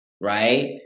right